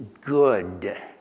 good